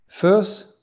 First